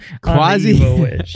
Quasi